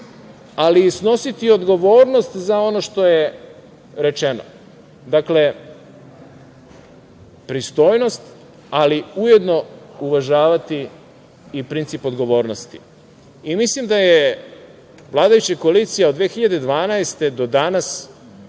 ali i snositi odgovornost za ono što je rečeno. Dakle, pristojnost, ali ujedno uvažavati i princip odgovornosti. Mislim da je vladajuća koalicija od 2012. godine